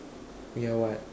yeah what